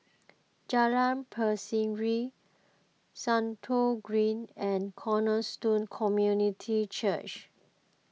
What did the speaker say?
Jalan Berseri Stratton Green and Cornerstone Community Church